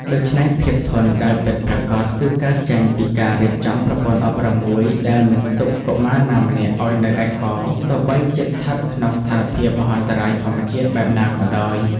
ដូច្នេះ ភាពធន់ដែលពិតប្រាកដ គឺកើតចេញពីការរៀបចំប្រព័ន្ធអប់រំមួយដែលមិនទុកកុមារណាម្នាក់ឱ្យនៅឯកោ ទោះបីជាស្ថិតក្នុងស្ថានភាពមហន្តរាយធម្មជាតិបែបណាក៏ដោយ។